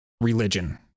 religion